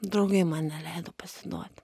draugai man neleido pasiduoti